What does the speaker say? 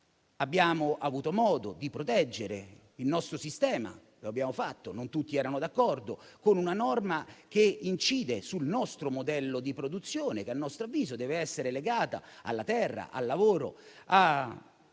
Abbiamo avuto modo di proteggere il nostro sistema. Lo abbiamo fatto, anche se non tutti erano d'accordo, con una norma che incide sul nostro modello di produzione che, a nostro avviso, deve essere legato alla terra, al lavoro, alla